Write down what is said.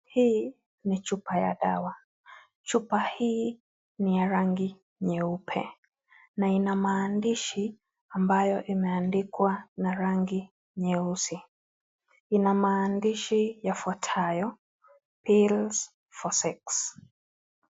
Hii ni chupa ya dawa chupa hii ni ya rangi nyeupe na ina maandishi ambayo imeandikwa na rangi nyeusi lina maandishi yafuatayo pills for sex .